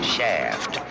Shaft